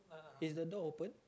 is the door open